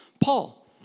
Paul